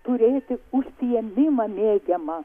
turėti užsiėmimą mėgiamą